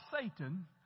satan